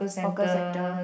hawker center